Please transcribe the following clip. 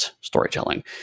storytelling